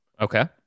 okay